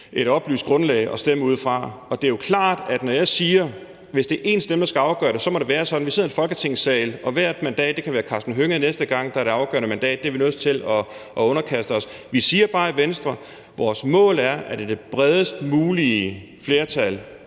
et oplyst grundlag at stemme ud fra. Og det er jo klart, at jeg siger, at hvis det er én stemme, der kan afgøre det, må det være sådan, for vi sidder i Folketinget, og hvert mandat kan være det afgørende mandat – næste gang kan det være hr. Karsten Hønges – og det er vi nødt til at underkaste os. Vi siger bare i Venstre, at vores mål er, at det er med det bredest mulige flertal,